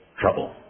trouble